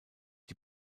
die